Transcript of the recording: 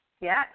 yes